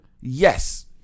Yes